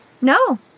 no